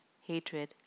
hatred